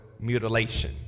mutilation